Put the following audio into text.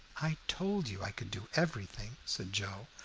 i told you i could do everything, said joe,